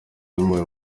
bimuwe